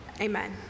Amen